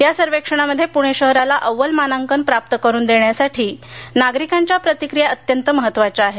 या सर्वेक्षणामध्ये पुणे शहराला अव्वल मानांकन प्राप्त करून देण्यासाठी नागरिकांच्या प्रतिक्रिया अत्यंत महत्त्वाच्या आहेत